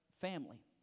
family